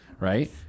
right